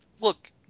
Look